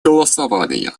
голосования